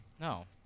No